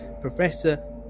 Professor